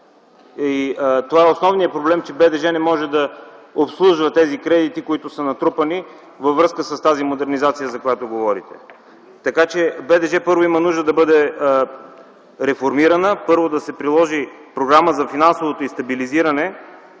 това е основният проблем, че БДЖ не може да обслужва тези кредити, които са натрупани във връзка с тази модернизация, за която говорите. Така че БДЖ, първо, има нужда да бъде реформирана, второ да се предложи програма за финансовото й стабилизиране